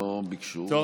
לא ביקשו.